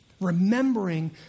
remembering